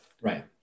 Right